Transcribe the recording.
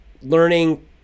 Learning